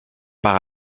par